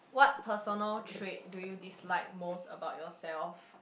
what personal trait do you dislike most about yourself